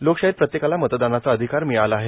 लोकशाहीत प्रत्येकाला मतदानाचा अधिकार मिळाला आहे